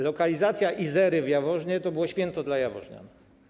Lokalizacja Izery w Jaworznie to było święto dla jaworznian.